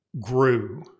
grew